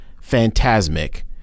phantasmic